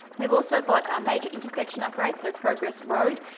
we've also got major intersection upgrades, so progress road.